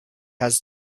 has